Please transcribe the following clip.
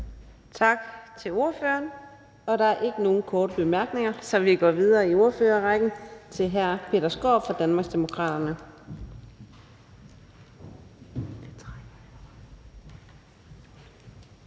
Tak til ordføreren. Der er ikke nogen korte bemærkninger, så vi går videre i ordførerrækken til fru Zenia Stampe, Radikale Venstre.